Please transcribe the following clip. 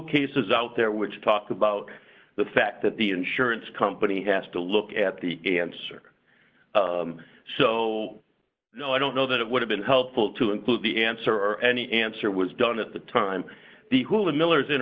cases out there which talk about the fact that the insurance company has to look at the answer so i don't know that it would have been helpful to include the answer or any answer was done at the time the hula millers in